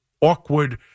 awkward